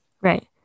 Right